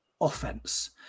offense